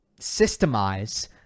systemize